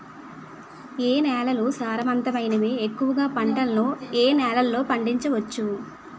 ఏ నేలలు సారవంతమైనవి? ఎక్కువ గా పంటలను ఏ నేలల్లో పండించ వచ్చు?